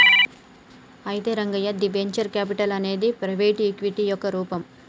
అయితే రంగయ్య ది venture capital అనేది ప్రైవేటు ఈక్విటీ యొక్క రూపం